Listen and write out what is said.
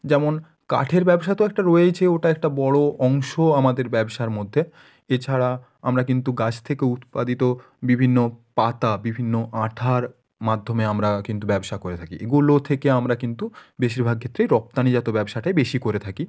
যেমন কাঠের ব্যবসা তো একটা রয়েইছে ওটা একটা বড়ো অংশ আমাদের ব্যবসার মধ্যে এছাড়া আমরা কিন্তু গাছ থেকেও উৎপাদিত বিভিন্ন পাতা বিভিন্ন আঠার মাধ্যমে আমরা কিন্তু ব্যবসা করে থাকি এগুলো থেকে আমরা কিন্তু বেশিরভাগ ক্ষেত্রেই রপ্তানিজাত ব্যবসাটাই বেশি করে থাকি